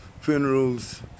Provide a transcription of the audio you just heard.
funerals